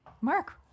Mark